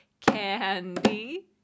Candy